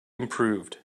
improved